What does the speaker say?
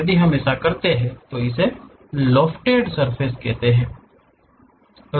यदि हम ऐसा कर रहे हैं तो हम इसे लोफ़टेड सरफेस कहते हैं